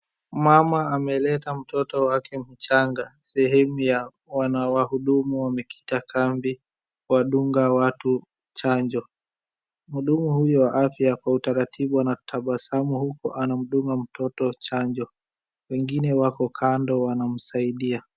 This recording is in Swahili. Mama ameleta mtoto wake mchanga sehemu ya wahudumu wamekita kambi kuwadunga watu chanjo. Mhudumu huyu wa afya kwa utaratibu anatabasamu huku anamdunga mtoto chanjo wengine wako kando wanamsaidia.